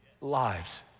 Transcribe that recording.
Lives